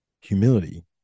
humility